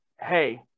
hey